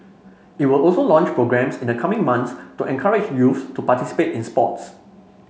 it will also launch programmes in the coming months to encourage youths to participate in sports